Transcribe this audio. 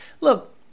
look